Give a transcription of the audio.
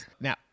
Now